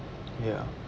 ya